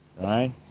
Right